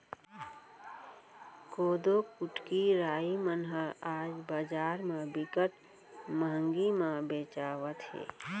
कोदो, कुटकी, राई मन ह आज बजार म बिकट महंगी म बेचावत हे